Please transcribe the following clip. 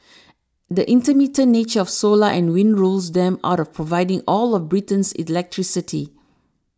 the intermittent nature of solar and wind rules them out of providing all of Britain's electricity